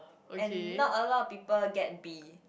and not a lot of people get B